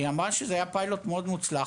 היא אמרה שזה היה פיילוט מאוד מוצלח,